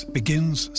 begins